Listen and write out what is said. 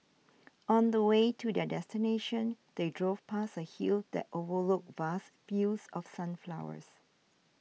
on the way to their destination they drove past a hill that overlooked vast fields of sunflowers